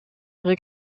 ihre